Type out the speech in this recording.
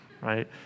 right